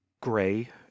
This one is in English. gray